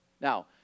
Now